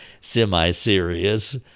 semi-serious